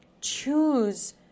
choose